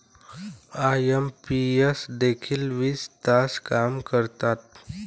IMPS देखील वीस तास काम करतात?